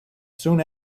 soon